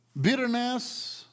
bitterness